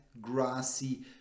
grassy